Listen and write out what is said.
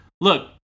look